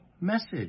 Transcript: message